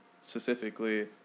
specifically